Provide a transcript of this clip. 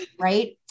right